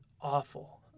awful